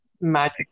magic